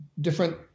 different